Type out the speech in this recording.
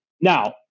Now